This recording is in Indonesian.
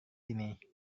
ini